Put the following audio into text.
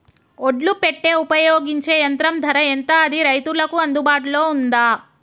ఒడ్లు పెట్టే ఉపయోగించే యంత్రం ధర ఎంత అది రైతులకు అందుబాటులో ఉందా?